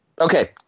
Okay